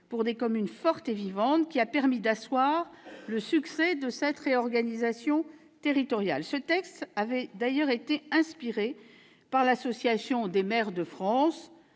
pour des communes fortes et vivantes, qui a permis d'asseoir le succès de cette réorganisation territoriale. Ce dernier texte avait d'ailleurs été inspiré par l'AMF, l'Association des maires de France,